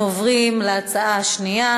והגנת הסביבה נתקבלה.